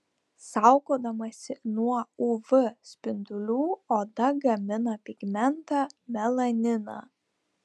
saugodamasi nuo uv spindulių oda gamina pigmentą melaniną